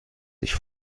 sich